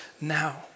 now